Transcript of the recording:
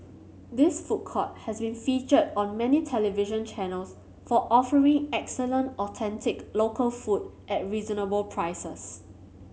this food court has been featured on many television channels for offering excellent authentic local food at reasonable prices